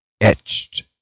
etched